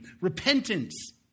repentance